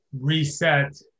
reset